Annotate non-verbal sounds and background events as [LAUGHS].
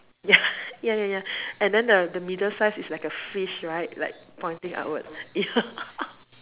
ya [LAUGHS] ya ya ya and then the middle size is like a fish right like pointing upwards ya [LAUGHS]